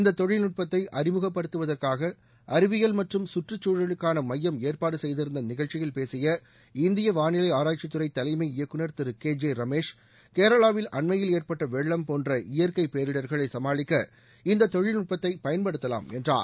இந்த தொழில்நுட்பத்தை அறிமுகப்படுத்துவதற்காக அறிவியல் மற்றும் கற்றுச்சூழலுக்காள மையம் ஏற்பாடு செய்திருந்த நிகழ்ச்சியில் பேசிய இந்திய வாளிலை ஆராய்ச்சித்துறை தலைமை இயக்குநர் திரு கே ஜே ரமேஷ் கேரளாவில் அண்மையில் ஏற்பட்ட வெள்ளம் போன்ற இயற்கை பேரிடர்களை சமாளிக்க இந்த தொழில்நுட்பத்தை பயன்படுத்தலாம் என்றார்